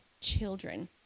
children